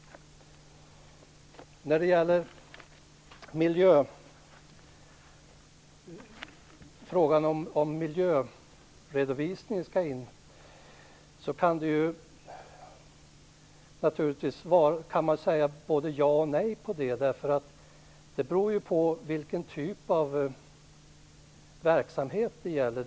När det gäller frågan om miljöredovisningen skall in i detta kan man svara både ja och nej. Det beror ju på vilken typ av verksamhet det gäller.